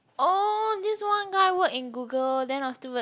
oh this one guy work in Google then afterwards